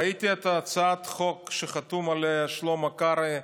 ראיתי את הצעת החוק שחתום עליה שלמה קרעי,